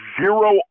zero